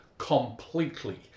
completely